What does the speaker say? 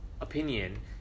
opinion